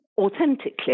authentically